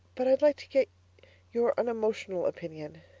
but i'd like to get your unemotional opinion.